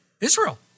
israel